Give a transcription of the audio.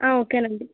ఓకేనండి